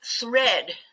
thread